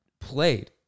played